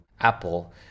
Apple